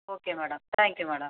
okay madam thank you madam